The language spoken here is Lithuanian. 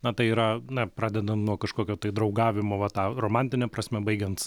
na tai yra na pradedam nuo kažkokio tai draugavimo va ta romantine prasme baigiant